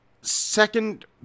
second